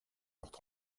heures